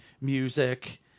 music